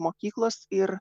mokyklos ir